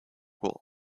will